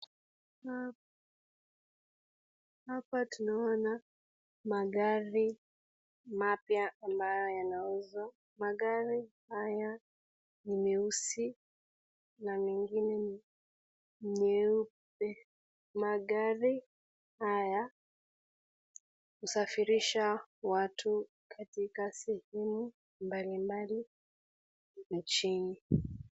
Hapa tunaona magari mapya ambayo yanauzwa , magari haya ni meusi na mengine ni meupe, magari haya husafirisha watu katika sehemu mbali mbali na chini.